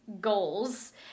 goals